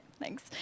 thanks